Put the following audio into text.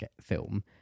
film